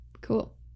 Cool